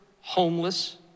homeless